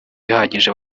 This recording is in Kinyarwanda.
ihagije